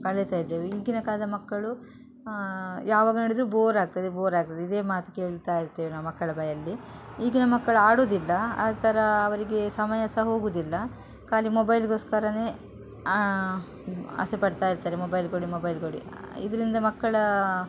ಕಳೀತ ಇದ್ದೇವೆ ಈಗಿನ ಕಾಲದ ಮಕ್ಕಳು ಯಾವಾಗ ನೋಡಿದರೆ ಬೋರ್ ಆಗ್ತದೆ ಬೋರ್ ಆಗ್ತದೆ ಇದೇ ಮಾತು ಕೇಳ್ತಾ ಇರ್ತೇವೆ ನಾವು ಮಕ್ಕಳ ಬಾಯಲ್ಲಿ ಈಗಿನ ಮಕ್ಕಳು ಆಡೋದಿಲ್ಲ ಆ ಥರ ಅವರಿಗೆ ಸಮಯ ಸಹ ಹೋಗೋದಿಲ್ಲ ಖಾಲಿ ಮೊಬೈಲಿಗೋಸ್ಕರ ಆಸೆ ಪಡ್ತಾ ಇರ್ತಾರೆ ಮೊಬೈಲ್ ಕೊಡಿ ಮೊಬೈಲ್ ಕೊಡಿ ಇದರಿಂದ ಮಕ್ಕಳ